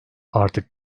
artık